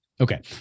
Okay